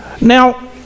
Now